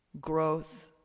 growth